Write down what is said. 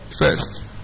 First